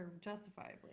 justifiably